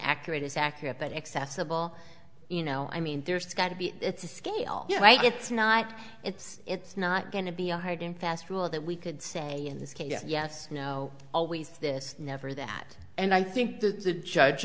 accurate is accurate but accessible you know i mean there's got to be it's a scale yeah it's not it's it's not going to be a hard and fast rule that we could say in this case yes or no always this never that and i think the judge